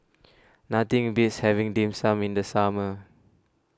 nothing beats having Dim Sum in the summer